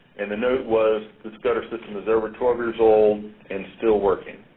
and the note was, this gutter system was over twelve years old and still working.